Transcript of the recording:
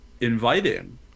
inviting